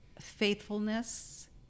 faithfulness